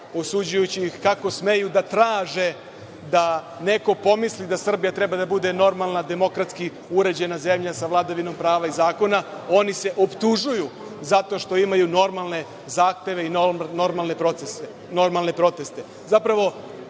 osuđujući ih kako smeju da traže, da neko pomisli da Srbija treba da bude normalna demokratski uređena zemlja sa vladavinom prava i zakona. Oni se optužuju zbog toga što imaju normalne zahteve i normalne proteste.